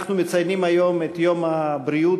אנחנו מציינים היום את יום הבריאות,